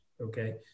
okay